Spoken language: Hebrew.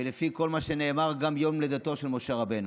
ולפי כל מה שנאמר גם יום לידתו של משה רבנו.